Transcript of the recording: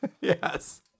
Yes